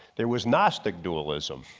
there was gnostic dualism,